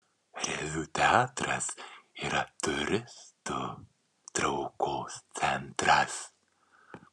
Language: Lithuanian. reviu teatras yra turistų traukos centras